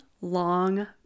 long